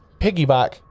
piggyback